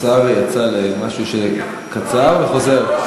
השר יצא למשהו קצר, וחוזר.